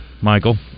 Michael